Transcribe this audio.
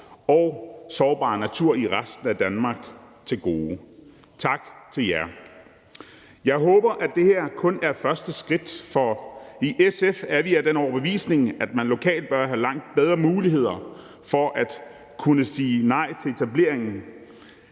og sårbar natur i resten af Danmark til gode. Tak til jer. Jeg håber, at det her kun er første skridt, for i SF er vi af den overbevisning, at man lokalt bør have langt bedre muligheder for at kunne sige nej til etablering